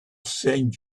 send